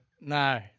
no